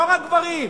לא רק גברים,